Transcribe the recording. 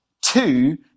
two